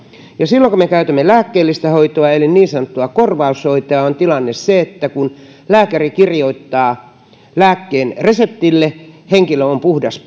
silloin kun me käytämme lääkkeellistä hoitoa eli niin sanottua korvaushoitoa on tilanne se että kun lääkäri kirjoittaa reseptin lääkkeelle henkilö on puhdas